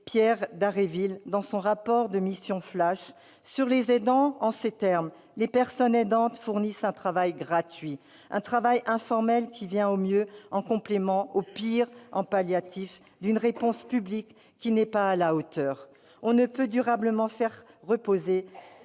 Pierre Dharréville dans son rapport de « mission flash » sur les aidants :« Les personnes aidantes fournissent un travail gratuit, un travail informel qui vient au mieux en complément, au pire en palliatif d'une réponse publique qui n'est pas à la hauteur ». Eh oui ! On ne peut durablement faire reposer